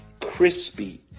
crispy